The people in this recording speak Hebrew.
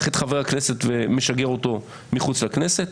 את חבר הכנסת ומשגר אותו מחוץ לכנסת.